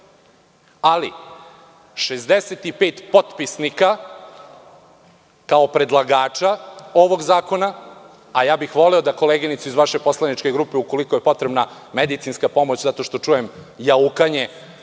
Ali, 65 potpisnika kao predlagača ovog zakona…Voleo bih da koleginicu iz vaše poslaničke grupe, ukoliko joj je potrebna medicinska pomoć, zato što čujem jaukanje,